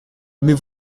mais